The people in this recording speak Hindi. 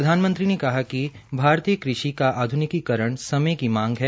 प्रधानमंत्री ने कहा कि भारतीय कृषि का आध्निकीकरण समय की मांग है